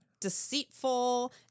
Deceitful